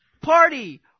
party